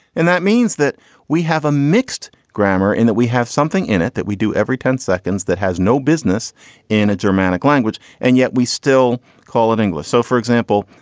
that means that we have a mixed grammar in that we have something in it that we do every ten seconds that has no business in a germanic language. and yet we still call it english. so, for example,